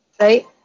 Right